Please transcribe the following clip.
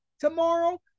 tomorrow